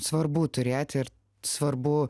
svarbu turėti ir svarbu